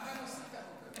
למה הם עושים את החוק הזה?